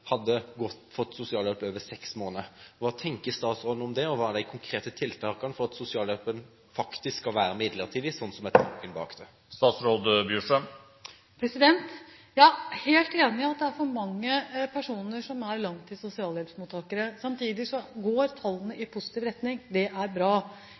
hadde fått sosialhjelp i mer enn seks måneder. Hva tenker statsråden om det? Og: Hva er de konkrete tiltakene for at sosialhjelpen faktisk skal være midlertidig, slik tanken bak den er? Jeg er helt enig i at det er for mange personer som er langtids sosialhjelpsmottakere. Samtidig går tallene i positiv retning. Det er bra.